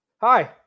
Hi